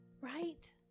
right